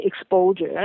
exposure